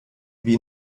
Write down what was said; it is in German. wie